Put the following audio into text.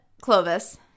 Clovis